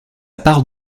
part